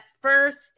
first